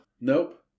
Nope